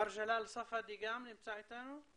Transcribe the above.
מר ג'לאל ספדי נמצא איתנו?